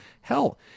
Hell